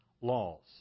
laws